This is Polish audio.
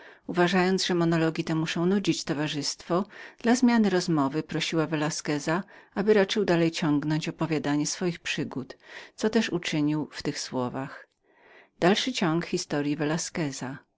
znalazłszy że monologi te musiały nudzić towarzystwo dla zmienienia rozmowy prosiła velasqueza aby raczył dalej ciągnąć opowiadanie swoich przygód co też ten uczynił w tych słowach